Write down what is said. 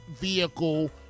vehicle